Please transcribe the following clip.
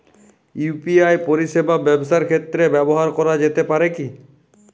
UPI পরিষেবা ব্যবসার ক্ষেত্রে ব্যবহার করা যেতে পারে কি?